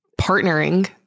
partnering